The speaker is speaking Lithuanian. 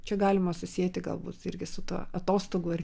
čia galima susieti galbūt irgi su ta atostogų ir